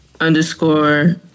Underscore